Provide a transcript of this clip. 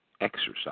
exercise